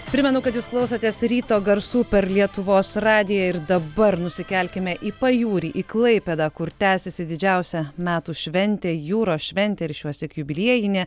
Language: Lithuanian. primenu kad jūs klausotės ryto garsų per lietuvos radiją ir dabar nusikelkime į pajūrį į klaipėdą kur tęsiasi didžiausia metų šventė jūros šventė ir šiuosyk jubiliejinė